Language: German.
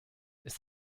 ist